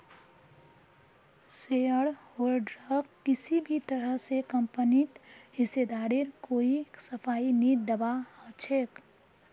शेयरहोल्डरक किसी भी तरह स कम्पनीत हिस्सेदारीर कोई सफाई नी दीबा ह छेक